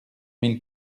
mille